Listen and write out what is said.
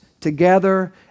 together